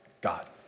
God